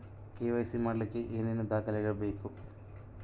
KYC ಮಾಡಲಿಕ್ಕೆ ಏನೇನು ದಾಖಲೆಬೇಕು?